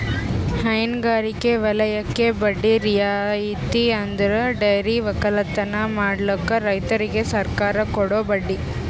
ಹೈನಗಾರಿಕೆ ವಲಯಕ್ಕೆ ಬಡ್ಡಿ ರಿಯಾಯಿತಿ ಅಂದುರ್ ಡೈರಿ ಒಕ್ಕಲತನ ಮಾಡ್ಲುಕ್ ರೈತುರಿಗ್ ಸರ್ಕಾರ ಕೊಡೋ ಬಡ್ಡಿ